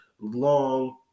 long